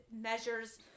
measures